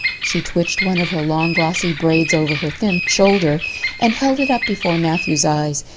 she twitched one of her long glossy braids over her thin shoulder and held it up before matthew's eyes.